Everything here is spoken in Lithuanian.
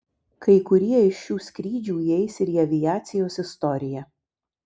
kai kurie iš šių skrydžių įeis ir į aviacijos istoriją